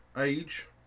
age